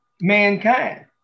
mankind